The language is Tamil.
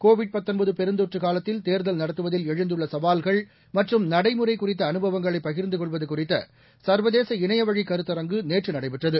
கோவிட் பெருந்தொற்று காலத்தில் தேர்தல் நடத்துவதில் எழுந்துள்ள சவால்கள் மற்றும் நடைமுறை குறித்த அனுபவங்களை பகிர்ந்து கொள்வது குறித்த சர்வதேச இணையவழிக்கருத்தரங்கு நேற்று நடைபெற்றது